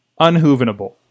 Unhoovenable